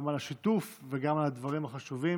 גם על השיתוף וגם על הדברים החשובים.